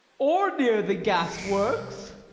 or near the gas-works.